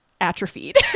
atrophied